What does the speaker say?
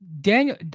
Daniel